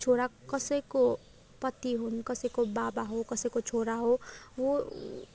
छोरा कसैको पति हुन् कसैको बाबा हो कसैको छोरा हो वो